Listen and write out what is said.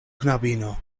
knabino